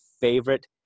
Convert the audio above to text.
favorite